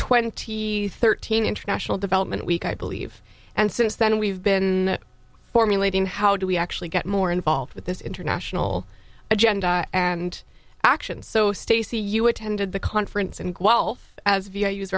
twenty thirteen international development week i believe and since then we've been formulating how do we actually get more involved with this international agenda and action so stacy you attended the conference and